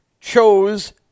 chose